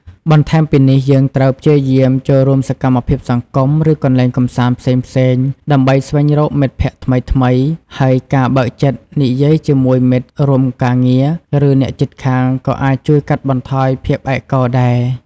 បន្ថែមពីនេះ យើងត្រូវព្យាយាមចូលរួមសកម្មភាពសង្គម ឬកន្លែងកំសាន្តផ្សេងៗដើម្បីស្វែងរកមិត្តភក្តិថ្មីៗ ហើយការបើកចិត្តនិយាយជាមួយមិត្តរួមការងារ ឬអ្នកជិតខាងក៏អាចជួយកាត់បន្ថយភាពឯកកោដែរ។